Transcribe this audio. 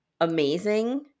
amazing